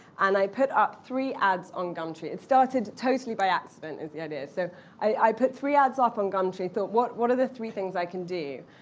and i put up three ads on gumtree. it started totally by accident, is the idea. so i put three ads up on gumtree and thought, what what are the three things i can do?